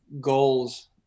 goals